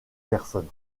personne